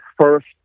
first